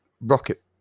rocket